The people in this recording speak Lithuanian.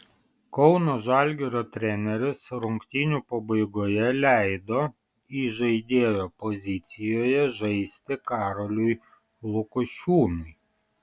kauno žalgirio treneris rungtynių pabaigoje leido įžaidėjo pozicijoje žaisti karoliui lukošiūnui